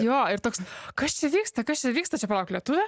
jo ir toks kas čia vyksta kas čia vyksta čia palauk lietuvė